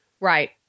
Right